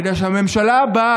כדי שהממשלה הבאה,